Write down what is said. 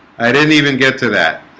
i didn't even get to that